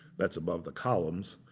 that's above the columns.